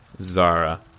Zara